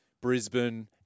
Brisbane